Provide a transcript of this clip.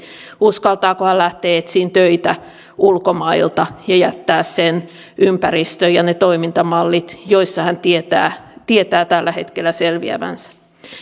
uskaltaako hän lähteä etsimään töitä ulkomailta ja jättää sen ympäristön ja ne toimintamallit joissa hän tietää tietää tällä hetkellä selviävänsä